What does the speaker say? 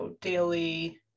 daily